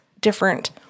different